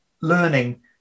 learning